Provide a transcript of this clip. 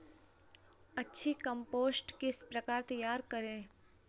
अच्छी कम्पोस्ट किस प्रकार तैयार करें?